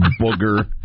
Booger